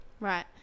Right